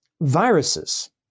viruses